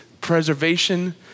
preservation